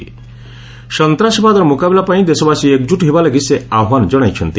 ସନ୍ତାସବାଦର ମୁକାବିଲାପାଇଁ ଦେଶବାସୀ ଏକଜୁଟ୍ ହେବାଲାଗି ସେ ଆହ୍ବାନ ଜଣାଇଛନ୍ତି